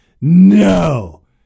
No